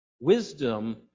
Wisdom